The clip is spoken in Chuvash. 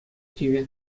тивӗ